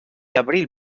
abril